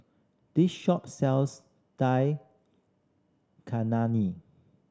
this shop sells Dal